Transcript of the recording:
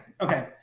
Okay